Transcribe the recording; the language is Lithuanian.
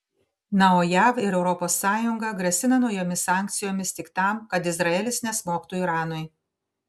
na o jav ir europos sąjunga grasina naujomis sankcijomis tik tam kad izraelis nesmogtų iranui